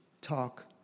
talk